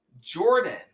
Jordan